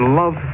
love